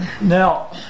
Now